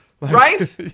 Right